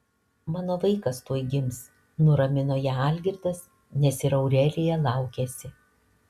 mano vaikas tuoj gims nuramino ją algirdas nes ir aurelija laukėsi